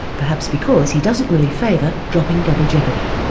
perhaps because he doesn't really favour dropping double jeopardy.